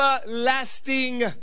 Everlasting